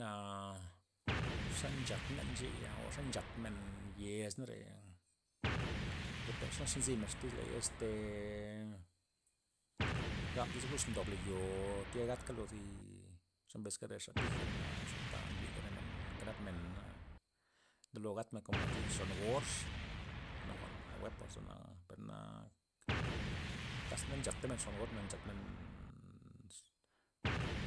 Na xa nchatna ncheya o ze nchatmen yez nare depen ze nzymen ley este, gabmen iz guz ndobla yo' o thi gadkala zi ze beska re xa tijana xata njwi'ga re men nke nap mena, ndablo gatmen komo xon or jwa'na jwa'n nawuepa perna kasi na nchatamen xon or na nchatmen oz